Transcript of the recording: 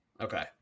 Okay